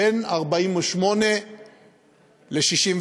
בין 1948 ל-1967,